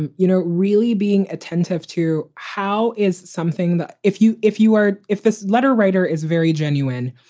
and you know, really being attentive to how is something that if you if you are if this letter writer is very genuine,